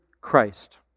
Christ